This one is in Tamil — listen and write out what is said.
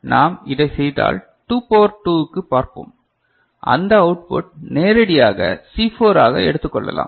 நாம் இதை செய்தால் 2 பவர் 2 க்கு பார்ப்போம் அந்த அவுட்புட் நேரடியாக C4 ஆக எடுத்துக் கொள்ளலாம்